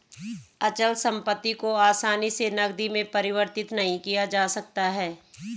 अचल संपत्ति को आसानी से नगदी में परिवर्तित नहीं किया जा सकता है